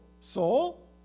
soul